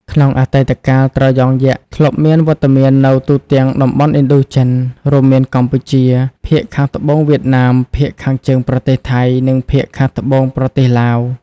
ក្នុងអតីតកាល ត្រយងយក្សធ្លាប់មានវត្តមាននៅទូទាំងតំបន់ឥណ្ឌូចិន រួមមានកម្ពុជា ភាគខាងត្បូងវៀតណាម ភាគខាងជើងប្រទេសថៃ និងភាគខាងត្បូងប្រទេសឡាវ។